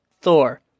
Thor